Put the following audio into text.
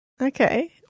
Okay